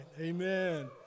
Amen